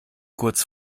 kurz